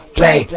play